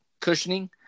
cushioning